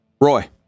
roy